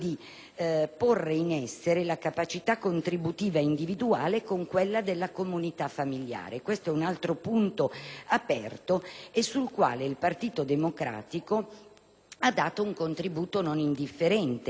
porre in essere la capacità contributiva individuale insieme a quella della comunità familiare. Questo è un altro punto aperto sul quale il Partito Democratico ha dato un contributo non indifferente